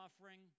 offering